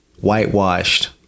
Whitewashed